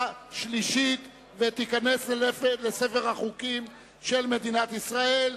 שלישית ותיכנס לספר החוקים של מדינת ישראל,